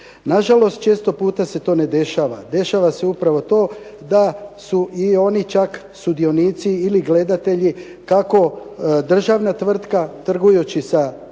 Na žalost, često puta se to ne dešava. Dešava se upravo to da su i oni čak sudionici ili gledatelji kako državna tvrtka trgujući sa privatnom